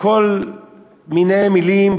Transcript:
וכל מיני מילים,